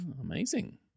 Amazing